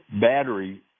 battery